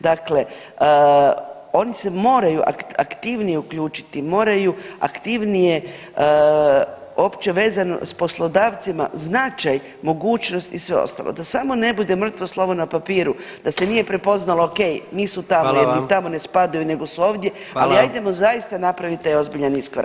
Dakle, oni se moraju aktivnije uključiti, moraju aktivnije opće vezano s poslodavcima, značaj, mogućnost i sve ostalo, da samo ne bude mrtvo slovo na papiru, da se nije prepoznalo okej, nisu tamo jel ni tamo ne spadaju nego su ovdje, ali ajdemo zaista napravit taj ozbiljan iskorak.